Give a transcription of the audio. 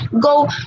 go